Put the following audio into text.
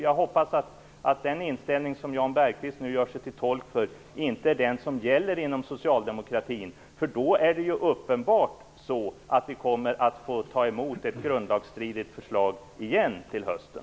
Jag hoppas att den inställning som Jan Bergqvist nu gör sig till tolk för inte är den som gäller inom socialdemokratin, för då är det ju uppenbart så att vi kommer att få ta emot ett grundlagstridigt förslag igen till hösten.